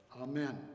Amen